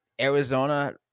Arizona